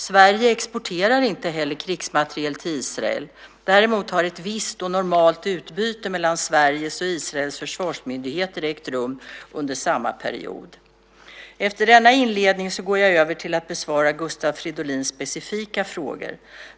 Sverige exporterar inte heller krigsmateriel till Israel. Däremot har ett visst och normalt utbyte mellan Sveriges och Israels försvarsmyndigheter ägt rum under samma period. Efter denna inledning går jag över till att besvara Gustav Fridolins specifika frågor.